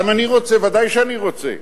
גם אני רוצה, ודאי שאני רוצה,